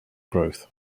growth